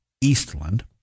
Eastland